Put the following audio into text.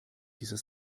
dieser